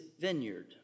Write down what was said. vineyard